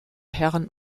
herren